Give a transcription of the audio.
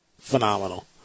phenomenal